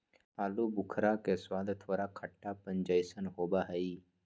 आलू बुखारा के स्वाद थोड़ा खट्टापन जयसन होबा हई